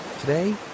Today